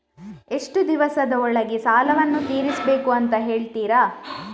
ಎಷ್ಟು ದಿವಸದ ಒಳಗೆ ಸಾಲವನ್ನು ತೀರಿಸ್ಬೇಕು ಅಂತ ಹೇಳ್ತಿರಾ?